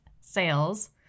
sales